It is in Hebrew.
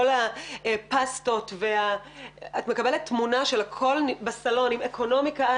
כל הפסטות ואת מקבלת תמונה של שהכול בסלון עם אקונומיקה,